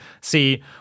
see